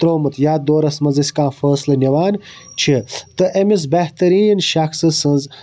ترٛومُت یتھ دورَس مَنٛز أسۍ کانٛہہ فٲصلہٕ نِوان چھِ تہٕ أمس بہتریٖن شَخصہٕ سٕنٛز